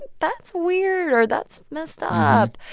that's weird, or that's messed up.